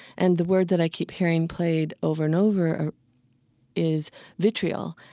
and the word that i keep hearing played over and over is vitriol.